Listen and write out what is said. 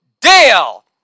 DEAL